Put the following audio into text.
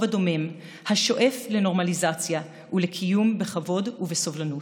הדומם השואף לנורמליזציה ולקיום בכבוד ובסובלנות.